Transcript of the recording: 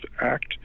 act